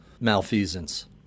malfeasance